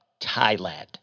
Thailand